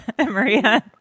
Maria